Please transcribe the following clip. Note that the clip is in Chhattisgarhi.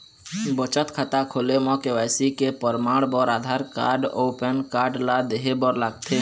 बचत खाता खोले म के.वाइ.सी के परमाण बर आधार कार्ड अउ पैन कार्ड ला देहे बर लागथे